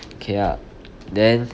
okay ah then